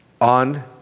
on